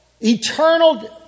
eternal